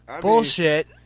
Bullshit